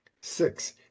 Six